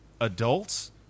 Adults